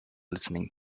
listening